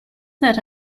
that